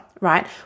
right